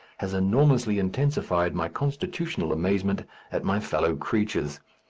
has enormously intensified my constitutional amazement at my fellow-creatures.